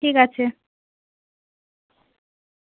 ঠিক আছে